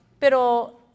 Pero